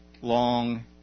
long